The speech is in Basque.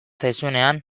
zaizunean